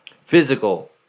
Physical